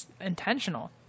intentional